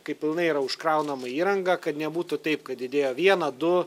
kai pilnai yra užkraunama įranga kad nebūtų taip kad įdėjo vieną du